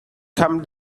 come